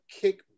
kick